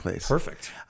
perfect